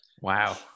Wow